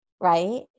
Right